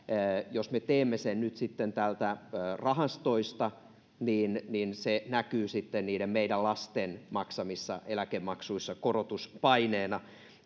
jos me teemme sen nyt sitten täältä rahastoista niin niin se näkyy sitten niissä meidän lasten maksamissa eläkemaksuissa korotuspaineena